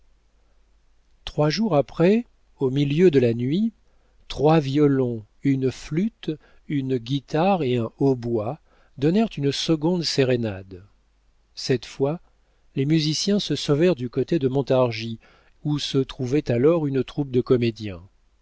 trois jours après au milieu de la nuit trois violons une flûte une guitare et un hautbois donnèrent une seconde sérénade cette fois les musiciens se sauvèrent du côté de montargis où se trouvait alors une troupe de comédiens